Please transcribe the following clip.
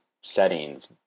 settings